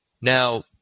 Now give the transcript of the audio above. Now